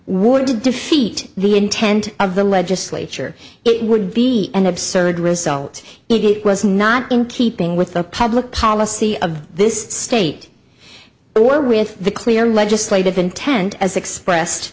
would to defeat the intent of the legislature it would be an absurd result if it was not in keeping with the public policy of this state or with the clear legislative intent as express